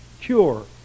cure